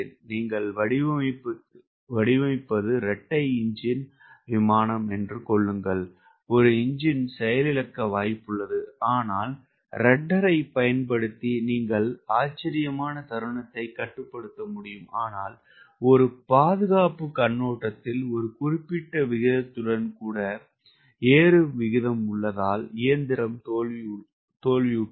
நீங்கள் வடிவமைப்பது இரட்டை என்ஜின் விமானம் என்று கொள்ளுங்கள் ஒரு என்ஜின் செயலிழக்க வாய்ப்புள்ளது ஆனால் ரௌடெர் பயன்படுத்தி நீங்கள் ஆச்சரியமான தருணத்தை கட்டுப்படுத்த முடியும் ஆனால் ஒரு பாதுகாப்புக் கண்ணோட்டத்தில் ஒரு குறிப்பிட்ட விகிதத்துடன் கூட ஏறும் விகிதம் உள்ளதால் இயந்திரம் தோல்வியுற்றது